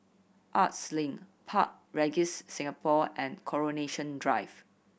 Arts Link Park Regis Singapore and Coronation Drive